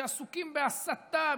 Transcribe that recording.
שעסוקים בהסתה,